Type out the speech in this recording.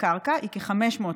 רצוני